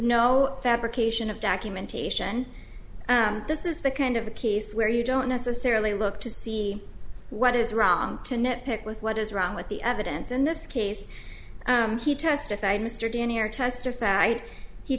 no fabrication of documentation this is the kind of a case where you don't necessarily look to see what is wrong to nit pick with what is wrong with the evidence in this case he testified mr vanier testified he